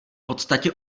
podstatě